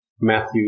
Matthew